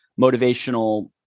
motivational